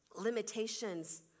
Limitations